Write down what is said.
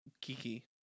Kiki